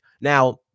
Now